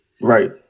Right